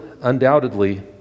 undoubtedly